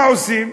מה עושים?